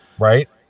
right